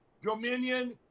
Dominion